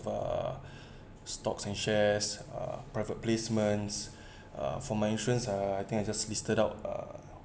uh stocks and shares uh private placements uh for my insurance uh I think I just listed out uh